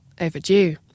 overdue